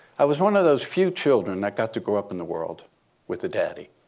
i was one of those few children that got to grow up in the world with a daddy.